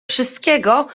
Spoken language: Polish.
wszystkiego